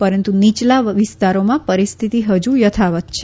પરંતુ નીચલા વિસ્તારોમાં પરિહ્ય્થતિ હજુ યથાવત છે